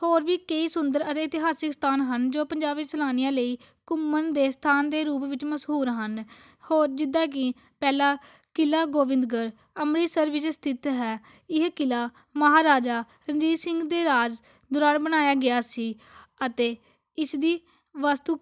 ਹੋਰ ਵੀ ਕਈ ਸੁੰਦਰ ਅਤੇ ਇਤਿਹਾਸਿਕ ਸਥਾਨ ਹਨ ਜੋ ਪੰਜਾਬ ਵਿੱਚ ਸੈਲਾਨੀਆਂ ਲਈ ਘੁੰਮਣ ਦੇ ਸਥਾਨ ਦੇ ਰੂਪ ਵਿੱਚ ਮਸ਼ਹੂਰ ਹਨ ਹੋਰ ਜਿੱਦਾਂ ਕਿ ਪਹਿਲਾਂ ਕਿਲ੍ਹਾ ਗੋਬਿੰਦਗੜ ਅੰਮ੍ਰਿਤਸਰ ਵਿੱਚ ਸਥਿਤ ਹੈ ਇਹ ਕਿਲ੍ਹਾ ਮਹਾਰਾਜਾ ਰਣਜੀਤ ਸਿੰਘ ਦੇ ਰਾਜ ਦੌਰਾਨ ਬਣਾਇਆ ਗਿਆ ਸੀ ਅਤੇ ਇਸ ਦੀ ਵਸਤੂ